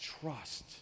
trust